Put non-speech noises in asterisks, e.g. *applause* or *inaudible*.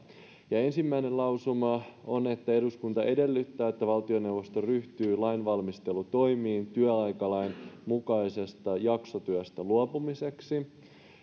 ensimmäinen lausuma on että eduskunta edellyttää että valtioneuvosto ryhtyy lainvalmistelutoimiin työaikalain mukaisesta jaksotyöstä luopumiseksi *unintelligible*